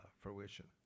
fruition